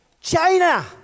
China